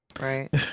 Right